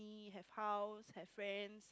he have house have friends